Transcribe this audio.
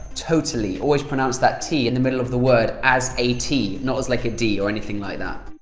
totally' always pronounce that t in the middle of the word as a t, not as like a d or anything like that